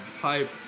Hype